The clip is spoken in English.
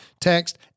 text